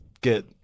get